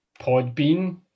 Podbean